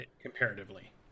comparatively